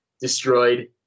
destroyed